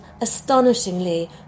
astonishingly